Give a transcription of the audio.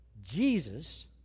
Jesus